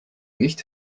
nicht